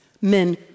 Men